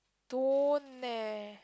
don't eh